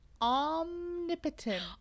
omnipotent